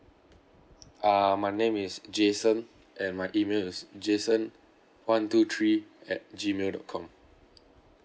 uh my name is jason and my email is jason one two three at gmail dot com